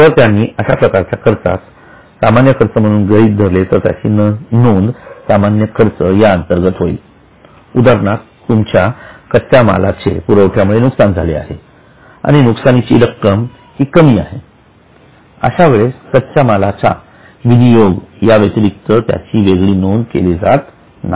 जर त्यांनी अश्या प्रकारच्या खर्चास सामान्य खर्च म्हणून गृहीत धरले तर त्याची नोंद सामान्य खर्च अंतर्गत होईल उदाहरणार्थ तुमच्या कच्च्या मालाचे पुरामुळे नुकसान झाले आहे आणि नुकसानीची रक्कम ही कमी आहे अशा वेळेस कच्च्या मालाचा विनियोग याव्यतिरिक्त त्याची वेगळी नोंद केली जात नाही